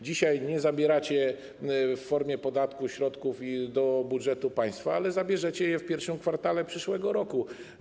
Dzisiaj nie zabieracie w formie podatku środków do budżetu państwa, ale zabierzecie je w I kwartale przyszłego roku.